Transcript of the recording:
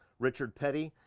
richard petty,